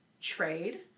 trade